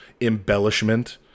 embellishment